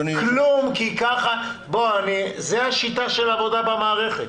כלום, כי זו השיטה של העבודה במערכת.